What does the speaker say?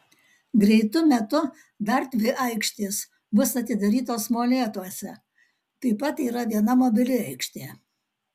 greitu metu dar dvi aikštės bus atidarytos molėtuose taip pat yra viena mobili aikštė